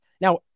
Now